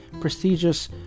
prestigious